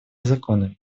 законы